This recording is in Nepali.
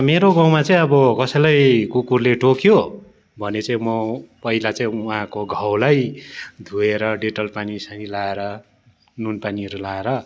मेरो गाउँमा चाहिँ अब कसैलाई कुकुरले टोक्यो भने चाहिँ म पहिला चाहिँ उहाँको घाउलाई धोएर डेटोल पानी सानी लाएर नुन पानीहरू लाएर